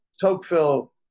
Tocqueville